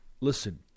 Listen